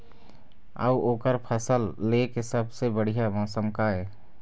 अऊ ओकर फसल लेय के सबसे बढ़िया मौसम का ये?